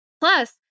Plus